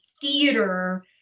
theater